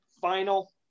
final